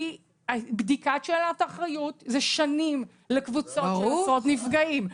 בדיקת שאלת האחריות זה שנים לקבוצות של עשרות נפגעים.